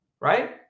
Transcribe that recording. right